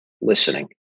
listening